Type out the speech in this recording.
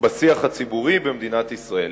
בשיח הציבורי במדינת ישראל.